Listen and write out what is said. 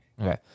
Okay